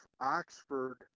Oxford